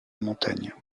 montagne